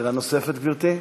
שאלה נוספת, גברתי?